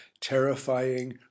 terrifying